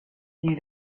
wie